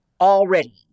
already